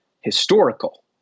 historical